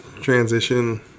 transition